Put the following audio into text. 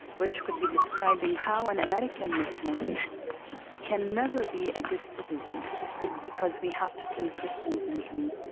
which could be describing how an american muslim can never be a good citizen because we have to kill christians and jews.